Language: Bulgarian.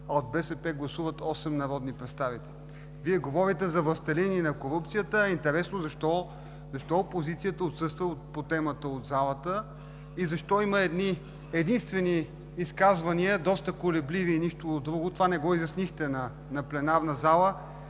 а от БСП гласуват осем народни представители. Вие говорите за властелини на корупцията, а интересно защо опозицията отсъства по темата от залата и защо има едни-единствени изказвания, доста колебливи и нищо друго?! Това не изяснихте на пленарната зала,